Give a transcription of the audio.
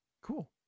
Cool